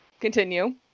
Continue